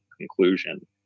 conclusion